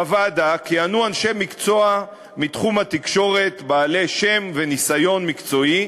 בוועדה כיהנו אנשי מקצוע מתחום התקשורת בעלי שם וניסיון מקצועי,